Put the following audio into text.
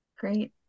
Great